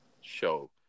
show